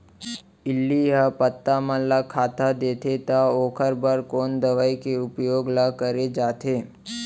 इल्ली ह पत्ता मन ला खाता देथे त ओखर बर कोन दवई के उपयोग ल करे जाथे?